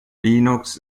linux